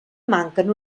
manquen